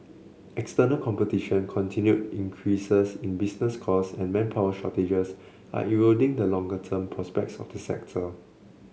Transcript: external competition continued increases in business costs and manpower shortages are eroding the longer term prospects of the sector